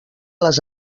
les